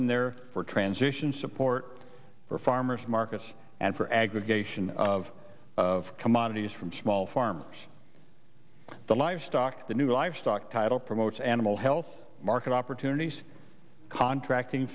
in there for transition support for farmers markets and for aggregation of of commodities from small farmers the livestock the new livestock title promotes animal health market opportunities contracting